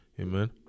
amen